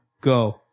go